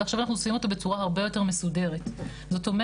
ועכשיו אנחנו אוספים אותו בצורה הרבה יותר מסודרת.